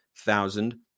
thousand